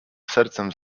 sercem